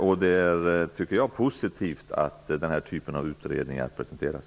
Jag tycker att det är positivt att denna typ av utredningar presenteras.